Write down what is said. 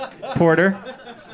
Porter